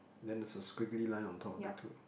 then there's a squiggly line on top of the two